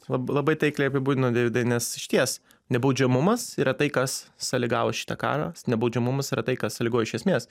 lab labai taikliai apibūdinot deividai nes išties nebaudžiamumas yra tai kas sąlygavo šitą karą nebaudžiamumas yra tai kas sąlygojo iš esmės